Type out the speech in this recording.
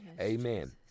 Amen